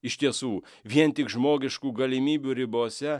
iš tiesų vien tik žmogiškų galimybių ribose